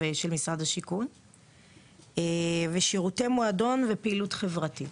של משרד השיכון ושירותי מועדון ופעילות חברתית,